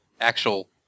actual